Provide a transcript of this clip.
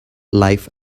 life